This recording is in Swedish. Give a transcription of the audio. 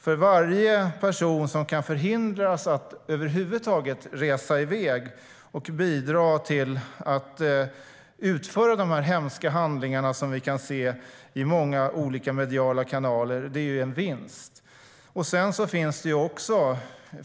För varje person som kan förhindras att över huvud taget resa iväg och bidra till att utföra de hemska handlingarna som vi kan se i många olika mediala kanaler blir det en vinst.